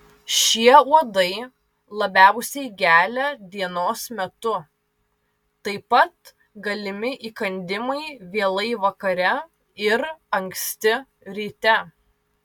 šie uodai labiausiai gelia dienos metu taip pat galimi įkandimai vėlai vakare ir anksti ryte